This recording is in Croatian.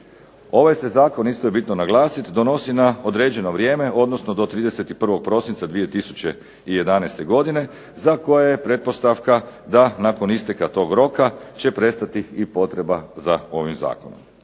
Ovaj se zakon isto je bitno naglasiti donosi na određeno vrijeme, odnosno do 31. prosinca 2011. godine za koje je pretpostavka da nakon isteka toga roka će prestati i potreba za ovim zakonom.